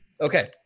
Okay